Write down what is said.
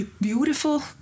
beautiful